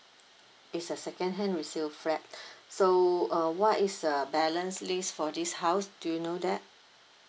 it's a second hand resale flat so uh what is the balance lease for this house do you know that